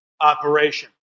operation